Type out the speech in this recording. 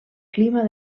clima